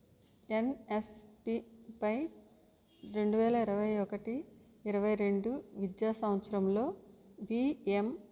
ఎన్ఎస్పిపై రెండు వేల ఇరవై ఒకటి ఇరవై రెండు విద్యా సంవత్సరంలో విఎం